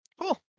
cool